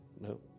No